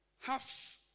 Half